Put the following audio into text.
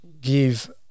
give